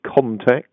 context